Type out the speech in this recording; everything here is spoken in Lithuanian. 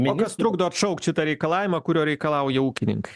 o kas trukdo atšaukt šitą reikalavimą kurio reikalauja ūkininkai